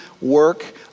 work